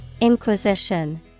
Inquisition